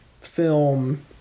film